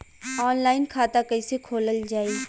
Online खाता कईसे खोलल जाई?